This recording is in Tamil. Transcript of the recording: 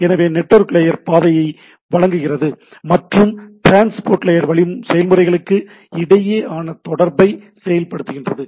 எனவே நெட்வொர்க் லேயர் பாதையை வழங்குகிறது மற்றும் டிரான்ஸ்போர்ட் லேயர் செயல்முறைகளுக்கு இடையேயான தொடர்பை செயல்படுத்துகிறது